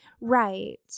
right